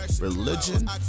Religion